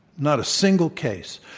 not a single case.